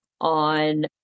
on